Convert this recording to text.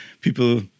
People